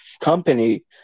company